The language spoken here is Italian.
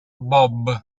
bob